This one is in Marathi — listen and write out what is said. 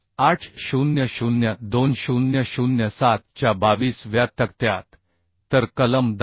800 2007च्या 22 व्या तक्त्यात तर कलम 10